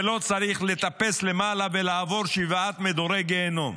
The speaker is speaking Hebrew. ולא צריך לטפס למעלה ולעבור שבעה מדורי גיהינום.